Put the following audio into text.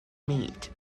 meet